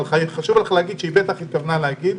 אבל היה חשוב לך להגיד שהיא בטח התכוונה להגיד.